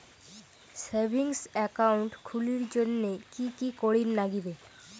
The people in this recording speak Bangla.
সেভিঙ্গস একাউন্ট খুলির জন্যে কি কি করির নাগিবে?